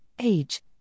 age